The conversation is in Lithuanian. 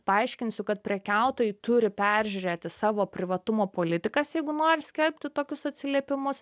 paaiškinsiu kad prekiautojai turi peržiūrėti savo privatumo politikas jeigu nori skelbti tokius atsiliepimus